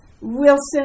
Wilson